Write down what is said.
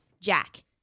Jack